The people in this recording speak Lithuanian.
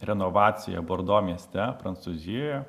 renovacija bordo mieste prancūzijoje